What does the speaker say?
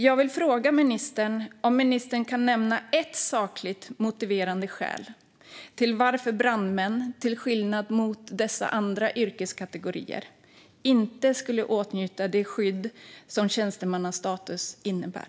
Jag vill fråga ministern om ministern kan nämna ett sakligt motiverande skäl till att brandmän, till skillnad från dessa andra yrkeskategorier, inte ska åtnjuta det skydd som tjänstemannastatus innebär.